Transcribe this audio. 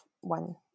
one